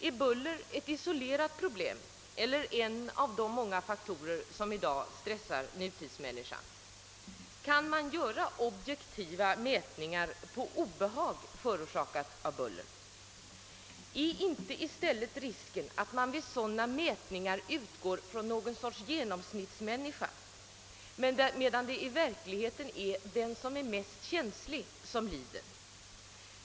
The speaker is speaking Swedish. är buller ett isolerat problem eller en av de många faktorer som i dag stressar nutidsmänniskan? Kan man göra objektiva mätningar av det obehag som buller förorsakar? Är inte i stället risken att man vid sådana mätningar utgår från någon sorts genomsnittsmänniska, me dan det i verkligheten är den mest känslige som lider.